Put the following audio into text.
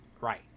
Right